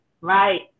right